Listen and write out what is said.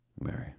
Mary